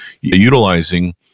utilizing